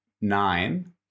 nine